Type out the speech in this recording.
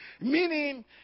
Meaning